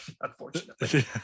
unfortunately